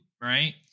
right